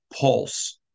pulse